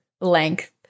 length